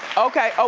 okay. ah